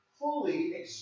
fully